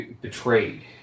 betrayed